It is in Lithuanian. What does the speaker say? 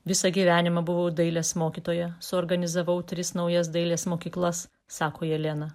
visą gyvenimą buvau dailės mokytoja suorganizavau tris naujas dailės mokyklas sako jelena